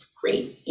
great